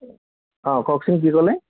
অঁ কওকচোন কি ক'লে